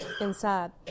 inside